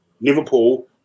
Liverpool